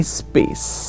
space